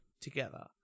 together